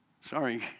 Sorry